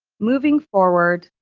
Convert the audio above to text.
moving forward,